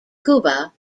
cuba